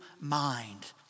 mind